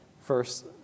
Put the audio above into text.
first